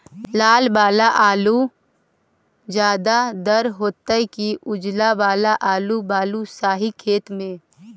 लाल वाला आलू ज्यादा दर होतै कि उजला वाला आलू बालुसाही खेत में?